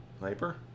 Labor